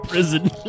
Prison